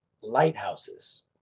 lighthouses